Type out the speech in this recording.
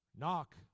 Knock